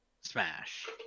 smash